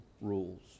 rules